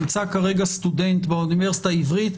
נמצא כרגע סטודנט באוניברסיטה העברית,